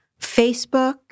Facebook